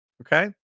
Okay